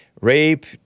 Rape